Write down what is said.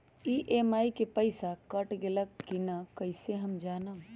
EMI के पईसा cut गेलक कि ना कइसे हम जानब?